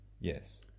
Yes